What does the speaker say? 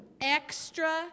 extra